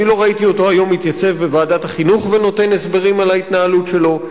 לא ראיתי אותו היום מתייצב בוועדת החינוך ונותן הסברים על ההתנהלות שלו.